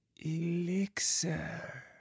elixir